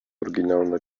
oryginalna